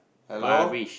hello